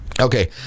Okay